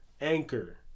Anchor